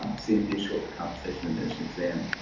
ah c and p is short for compensation and pension exam,